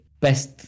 best